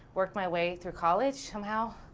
worked my way through college somehow,